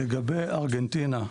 לגבי ארגנטינה,